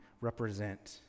represent